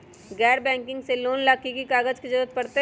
गैर बैंकिंग से लोन ला की की कागज के जरूरत पड़तै?